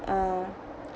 uh